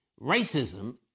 Racism